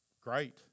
Great